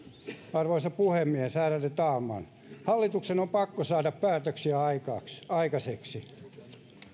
arvoisa puhemies ärade talman hallituksen on pakko saada päätöksiä aikaiseksi